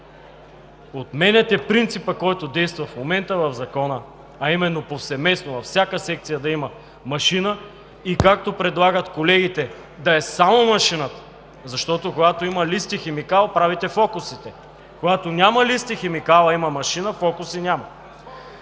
отменяте принципа, който действа в момента в Закона, а именно повсеместно, във всяка секция да има машина и както предлагат колегите – да е само машината. Защото, когато има лист и химикал, правите фокусите. Когато няма лист и химикал, има машина, фокуси няма.